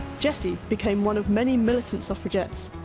jessie became one of many militant suffragettes,